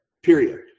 Period